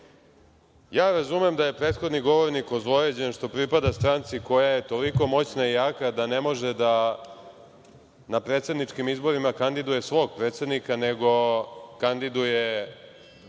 je. Razumem da je prethodni govornik ozlojeđen što pripada stranci koja je toliko moćna i jaka da ne može da na predsedničkim izborima kandiduje svog predsednika, nego kandiduje